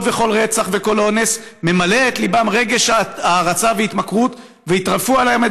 וכול רצח וכול אונס ממלא את ליבם רגש הערצה והתמכרות?" ויטרפו עליהם את